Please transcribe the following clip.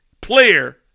player